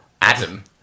Adam